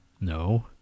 no